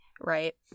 right